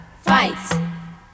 fight